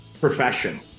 profession